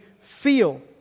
feel